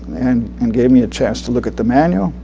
and and gave me a chance to look at the manual.